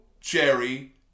Jerry